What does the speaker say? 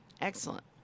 Excellent